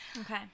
Okay